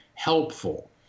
Helpful